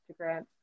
Instagram